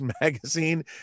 magazine